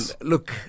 look